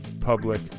public